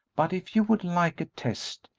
but if you would like a test,